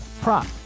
prop